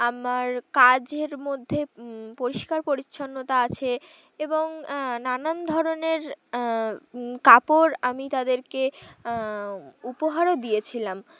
আমার কাজের মধ্যে পরিষ্কার পরিচ্ছন্নতা আছে এবং নানান ধরনের কাপড় আমি তাদেরকে উপহারও দিয়েছিলাম